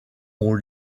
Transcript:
ont